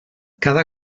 cada